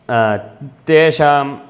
तेषां